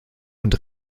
und